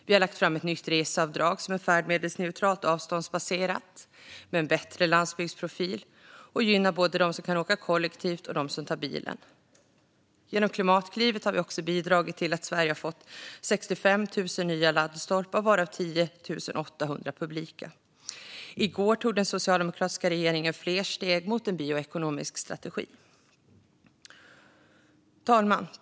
Vi har lagt fram ett nytt reseavdrag som är färdmedelsneutralt och avståndsbaserat med en bättre landsbygdsprofil som gynnar både dem som kan åka kollektivt och dem som tar bilen. Genom Klimatklivet har vi också bidragit till att Sverige har fått 65 000 nya laddstolpar, varav 10 800 publika. I går tog vidare den socialdemokratiska regeringen fler steg mot en bioekonomisk strategi. Herr talman!